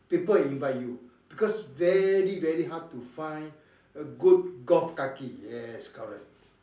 people will invite you because very very hard to find a good golf kaki yes correct